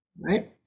Right